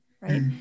right